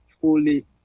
fully